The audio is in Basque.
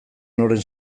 noren